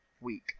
week